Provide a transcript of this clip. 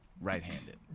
right-handed